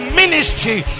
ministry